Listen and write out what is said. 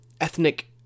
ethnic